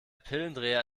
pillendreher